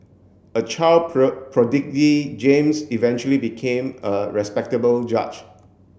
a child James eventually became a respectable judge